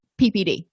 PPD